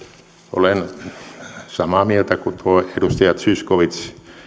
olen samaa mieltä kuin edustaja zyskowicz